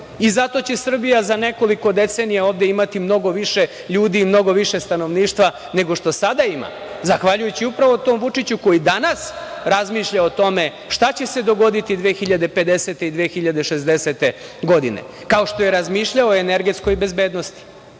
će Srbija za nekoliko decenija imati mnogo više ljudi i mnogo više stanovništva nego što sada ima, zahvaljujući upravo tom Vučiću koji danas razmišlja o tome šta će se dogoditi 2050. ili 2060. godine, kao što je razmišljao i o energetskoj bezbednosti. Zamislite